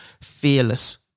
fearless